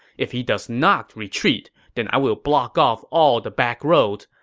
if he does not retreat, then i will block off all the backroads,